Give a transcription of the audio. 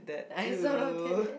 I sort of did that